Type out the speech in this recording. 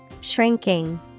Shrinking